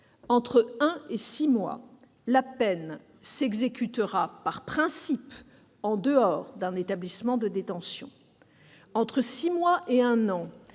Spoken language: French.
entre un et six mois, la peine s'exécutera par principe en dehors d'un établissement de détention ; entre six mois et un an,